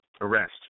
Arrest